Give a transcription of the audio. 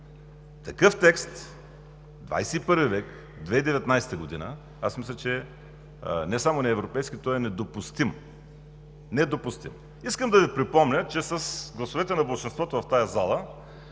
Такъв текст в ХХI век, в 2019 г., аз мисля, че не само не е европейски, той е недопустим. Недопустим! Искам да Ви припомня, че с гласовете на болшинството в тази зала,